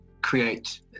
create